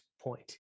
point